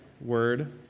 word